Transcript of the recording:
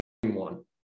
one